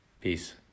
Peace